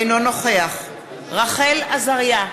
אינו נוכח רחל עזריה,